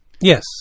Yes